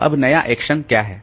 तो अब नया एक्शन क्या है